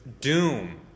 doom